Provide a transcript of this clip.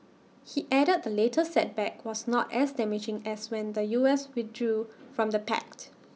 he added the latest setback was not as damaging as when the U S withdrew from the pact